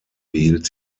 behielt